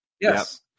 Yes